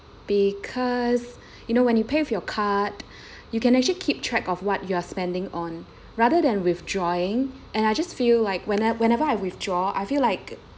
because you know when you pay with your card you can actually keep track of what you're spending on rather than withdrawing and I just feel like whenev~ whenever I withdraw I feel like